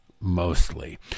mostly